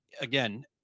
again